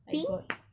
pink